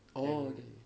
orh okay